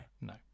No